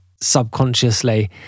subconsciously